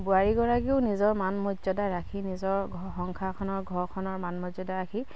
বোৱাৰীগৰাকীও নিজৰ মান মৰ্যদা ৰাখি নিজৰ ঘৰ সংসাখনৰ ঘৰখনৰ মান মৰ্যদা ৰাখি